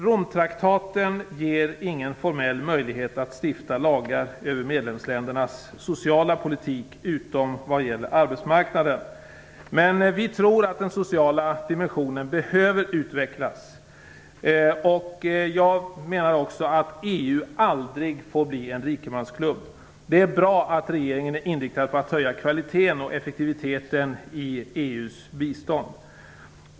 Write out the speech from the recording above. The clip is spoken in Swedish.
Romtraktaten ger ingen formell möjlighet att stifta lagar över medlemsländernas sociala politik utom vad gäller arbetsmarknaden. Men vi tror att den sociala dimensionen behöver utvecklas. Jag menar också att EU aldrig får bli en rikemansklubb. Det är bra att regeringen är inriktad på att höja kvaliteten och effektiviteten i EU:s bistånd.